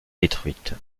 détruite